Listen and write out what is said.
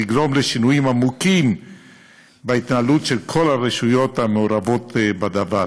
לגרום לשינויים עמוקים בהתנהלות של כל הרשויות המעורבות בדבר.